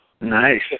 Nice